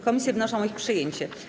Komisje wnoszą o ich przyjęcie.